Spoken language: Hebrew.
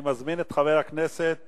אני מזמין את חבר הכנסת